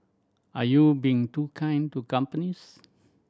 are you being too kind to companies